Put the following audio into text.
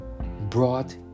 brought